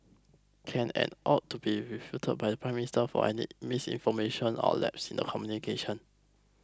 can and ought to be refuted by the Prime Minister for any misinformation or lapses in the communication